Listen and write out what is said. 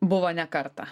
buvo ne kartą